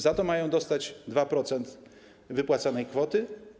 Za to mają dostać 2% wypłaconej kwoty.